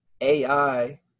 AI